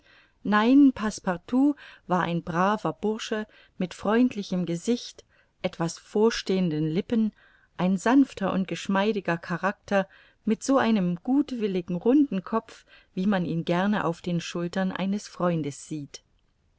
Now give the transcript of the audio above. nein passepartout war ein braver bursche mit freundlichem gesicht etwas vorstehenden lippen ein sanfter und geschmeidiger charakter mit so einem gutwilligen runden kopf wie man ihn gerne auf den schultern eines freundes sieht